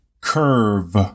Curve